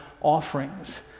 offerings